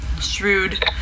shrewd